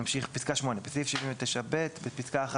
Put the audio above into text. בפסקה (1),